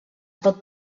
pot